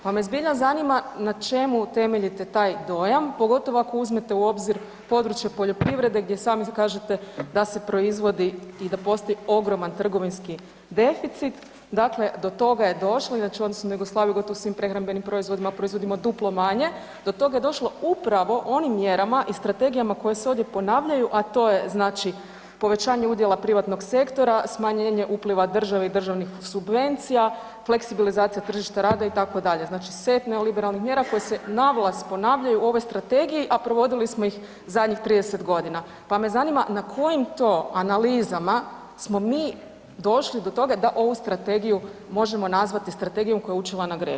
Pa me zbilja zanima na čemu temeljite taj dojam pogotovo ako uzmete u obzir područje poljoprivrede gdje sami kažete da se proizvodi i da postoji ogroman trgovinski deficit, dakle do toga je došlo, inače u odnosu na Jugoslaviju gotovo u svim prehrambenim proizvodima proizvodimo duplo manje, do toga je došlo upravo onim mjerama i strategijama koje se ovdje ponavljaju, a to je znači povećanje udjela privatnog sektora, smanjenje upliva države i državnih subvencija, fleksibilizacija tržišta rada itd., znači set neoliberalnih mjera koje se navlas ponavljaju u ovoj strategiji, a provodili smo ih zadnjih 30.g., pa me zanima na kojim to analizama smo mi došli do toga da ovu strategiju možemo nazvati strategijom koja je učila na greškama?